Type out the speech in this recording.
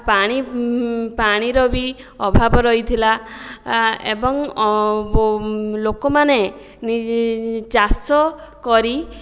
ପାଣି ପାଣିର ବି ଅଭାବ ରହିଥିଲା ଏବଂ ଲୋକମାନେ ଚାଷ କରି